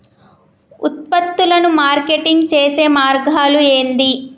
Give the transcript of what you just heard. ఉత్పత్తులను మార్కెటింగ్ చేసే మార్గాలు ఏంది?